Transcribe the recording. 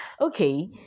okay